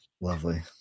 Lovely